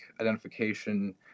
identification